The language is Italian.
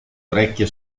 orecchie